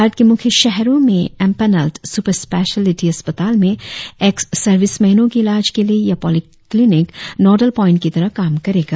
भारत के मुख्य शहरों में एमपैनेल्ड सुपर स्पेसिलिटी अस्पताल में एक्स सर्विसमैनों के इलाज के लिए यह पॉलिक्लिनिक नॉडल पॉइंट की तरह काम करेगा